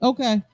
Okay